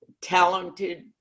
talented